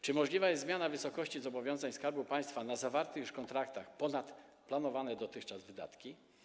Czy możliwa jest zmiana wysokości zobowiązań Skarbu Państwa w zawartych już kontraktach ponad planowane dotychczas wydatki?